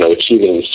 achieving